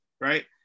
right